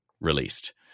released